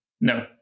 No